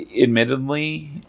admittedly